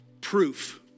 proof